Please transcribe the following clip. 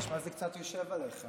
זה נשמע שזה קצת יושב עליך.